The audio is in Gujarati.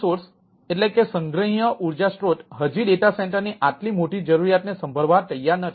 સંગ્રહણીય ઊર્જા સ્ત્રોતની આટલી મોટી જરૂરિયાતને સંભાળવા તૈયાર નથી